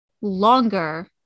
longer